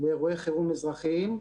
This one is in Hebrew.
באירועי חירום אזרחיים,